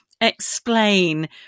explain